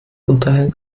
unterhält